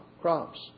crops